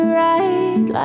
right